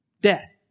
Death